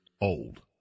old